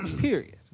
Period